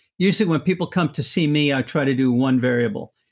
you said, when people come to see me i try to do one variable,